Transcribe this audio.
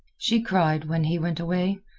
she cried when he went away,